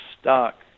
stuck